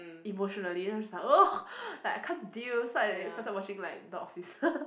emotionally then I was just like !ugh! like I can't deal so I started watching like the Office